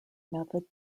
method